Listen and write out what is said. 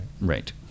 right